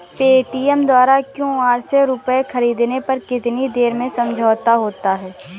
Paytm द्वारा QR से रूपए ख़रीदने पर कितनी देर में समझौता होता है?